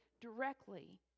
directly